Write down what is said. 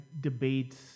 debates